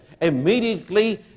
Immediately